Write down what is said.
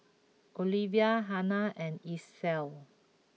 Olivia Hanna and Isla